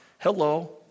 hello